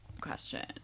question